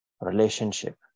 Relationship